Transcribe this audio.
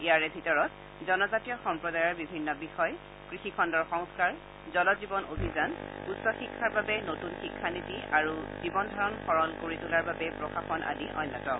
ইয়াৰে ভিতৰত জনজাতীয় সম্প্ৰদায়ৰ বিভিন্ন বিষয় কৃষিখণ্ডৰ সংস্কাৰ জল জীৱন অভিযান উচ্চ শিক্ষাৰ বাবে নতুন শিক্ষানীতি আৰু জীৱন ধাৰণ সৰল কৰি তোলাৰ বাবে প্ৰশাসন আদি অন্যতম